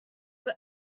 were